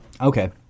Okay